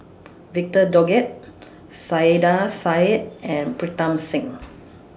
Victor Doggett Saiedah Said and Pritam Singh